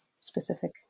specific